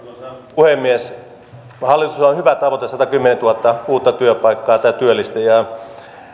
puhemies hallituksella on hyvä tavoite satakymmentätuhatta uutta työpaikkaa tai työllistä ja